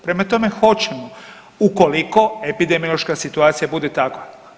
Prema tome hoćemo ukoliko epidemiološka situacija bude takva.